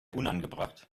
unangebracht